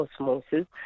osmosis